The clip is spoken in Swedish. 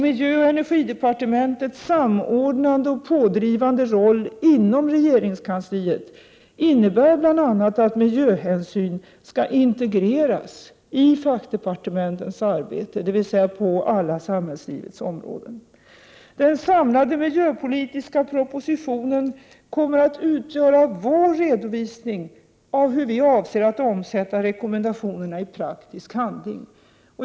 Miljöoch energidepartementets samordnande och pådrivande roll inom regeringskansliet innebär bl.a. att miljöhänsyn skall integreras i fackdepartementens arbete, dvs. på alla samhällslivens områden. Den samlade miljöpolitiska propositionen kommer att utgöra vår redovisning av hur vi avser att omsätta rekommendationerna i praktisk handling.